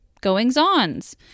goings-ons